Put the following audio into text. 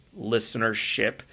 listenership